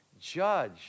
judge